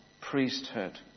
priesthood